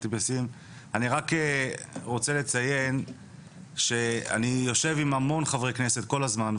אני רוצה לציין שאני יושב עם המון חברי כנסת כל הזמן,